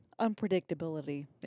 unpredictability